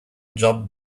job